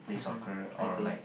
mmhmm I see